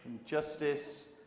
Injustice